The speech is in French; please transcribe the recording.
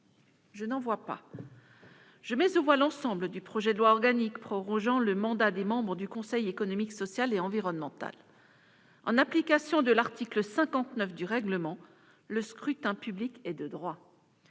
de la commission, modifié, l'ensemble du projet de loi organique prorogeant le mandat des membres du Conseil économique, social et environnemental. En application de l'article 59 du règlement, le scrutin public ordinaire est de droit.